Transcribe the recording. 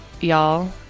y'all